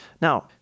Now